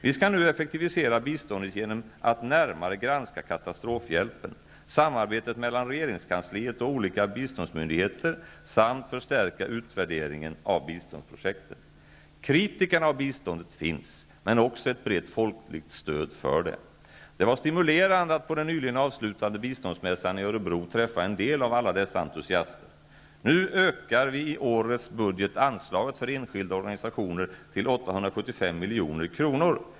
Vi skall nu effektivisera biståndet genom att närmare granska katastrofhjälpen, samarbetet mellan regeringskansliet och olika biståndsmyndigheter samt förstärka utvärderingen av biståndsprojekten. Kritikerna av biståndet finns -- men också ett brett folkligt stöd för det. Det var stimulerande att på den nyligen avslutade biståndsmässan i Örebro träffa en del av alla dessa entusiaster. Nu ökar vi i årets budget anslaget för enskilda organisationer till 875 milj.kr.